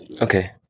Okay